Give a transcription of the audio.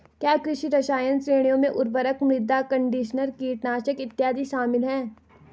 क्या कृषि रसायन श्रेणियों में उर्वरक, मृदा कंडीशनर, कीटनाशक इत्यादि शामिल हैं?